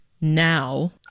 now